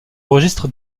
registre